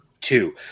two